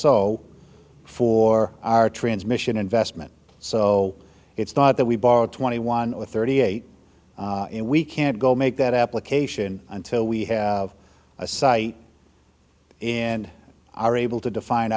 s o for our transmission investment so it's not that we borrowed twenty one or thirty eight and we can't go make that application until we have a site and are able to defin